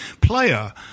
player